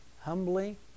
humbly